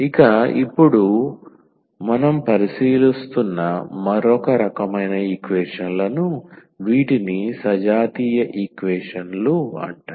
ఇక ఇప్పుడు మనం పరిశీలిస్తున్న మరొక రకమైన ఈక్వేషన్ లను వీటిని సజాతీయ ఈక్వేషన్ లు అంటారు